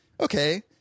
Okay